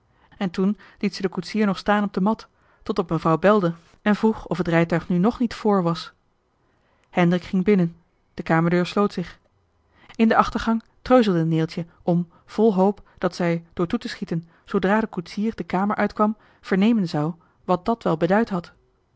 en toen liet ze den koetsier nog staan op de mat totdat mevrouw belde en vroeg of het rijtuig nu nog niet vr was hendrik ging binnen de kamerdeur sloot zich in de achtergang treuzelde neeltje om vol hoop dat zij johan de meester de zonde in het deftige dorp door toe te schieten zoodra de koetsier de kamer uitkwam vernemen zou wat dàt wel beduid had